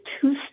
two